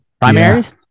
primaries